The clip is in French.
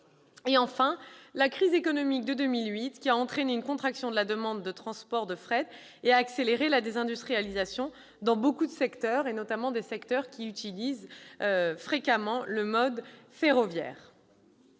facteur : la crise économique de 2008, qui a entraîné une contraction de la demande de transport de fret et accéléré la désindustrialisation dans beaucoup de secteurs, en particulier les secteurs qui utilisent fréquemment le mode ferroviaire.